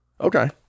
Okay